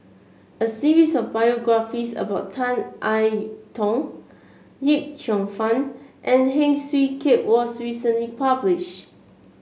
a series of biographies about Tan I Tong Yip Cheong Fun and Heng Swee Keat was recently published